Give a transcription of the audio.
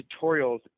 tutorials